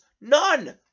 None